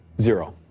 zero.